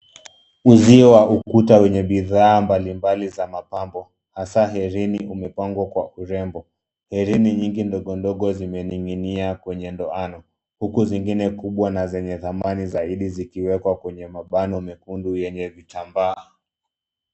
Uuzio wa ukuta wenye bidhaa mbalimbali za mapambo hasa herini umepangwa kwa urembo. Herini nyingi ndogondogo zimening'inia kwenye ndoano huku zingine kubwa na zenye thamani zaidi zikiwekwa kwenye mabano mekundu yenye vitambaa.